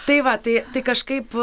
tai va tai tai kažkaip